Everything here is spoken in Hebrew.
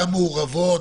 גם מעורבות,